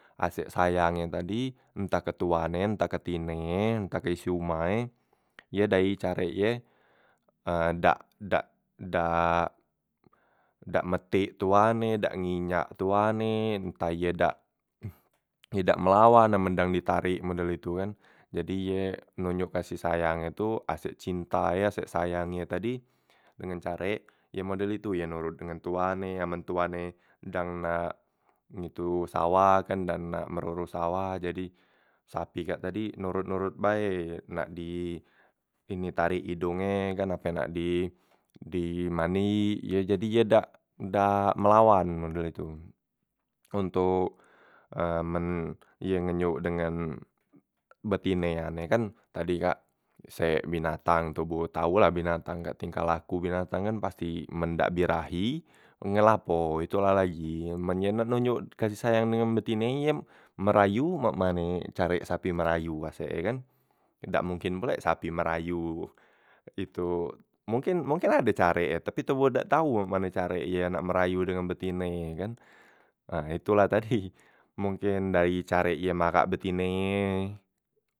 Asek sayang e tadi entah ke tuan e, entah ke tine e, entah ke isi umah e, ye dari carek ye dak dak dak dak metik tuan e, dak nginyak tuan e, entah ye dak idak melawan amen dang ditarek model itu kan. Jadi ye nonyok kasih sayang e itu asek cinta ye asek sayang ye tadi dengan carek ye model itu, ye nurut dengan tuan e, amen tuan e dang nak ngitu sawah kan, dang nak merurus sawah, jadi sapi kak tadi nurut nurut bae, nak di ini tarik idunge ye kan, ape nak di di manik ye jadi ye dak dak melawan model itu. Ontok men ye ngenyok dengan betinean e kan tadi kak sek binatang toboh tau lah binatang kak tingkah laku binatang kan pasti men dak birahi, ngelapo itu la lagi, amen ye nak nonyok kasih sayang dengan betine e ye merayu mak mane carek sapi merayu asek ye kan, dak mungkin pulek sapi merayu itu, mungkin mungkin ade carek ye, tapi toboh dak tau mak mane carek ye nak merayu dengen betine e ye kan. Nah itu lah tadi mungkin dari carek ye marak betine ye.